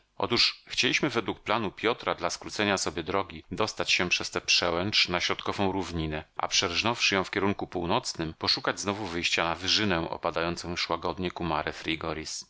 otóż chcieliśmy według planu piotra dla skrócenia sobie drogi dostać się przez tę przełęcz na środkową równinę a przerżnąwszy ją w kierunku północnym poszukać znowu wyjścia na wyżynę opadającą już łagodnie ku mare